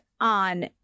On